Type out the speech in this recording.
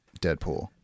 Deadpool